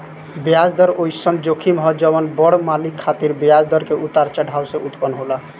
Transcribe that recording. ब्याज दर ओइसन जोखिम ह जवन बड़ मालिक खातिर ब्याज दर के उतार चढ़ाव से उत्पन्न होला